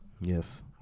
Yes